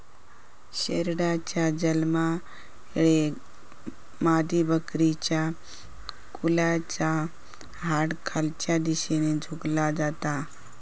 शेरडाच्या जन्मायेळेक मादीबकरीच्या कुल्याचा हाड खालच्या दिशेन झुकला जाता